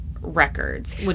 records